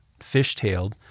fishtailed